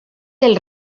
del